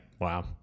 wow